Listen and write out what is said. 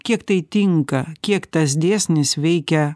kiek tai tinka kiek tas dėsnis veikia